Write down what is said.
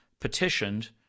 petitioned